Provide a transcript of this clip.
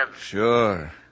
Sure